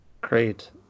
Great